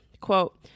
quote